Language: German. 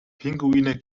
pinguine